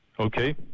Okay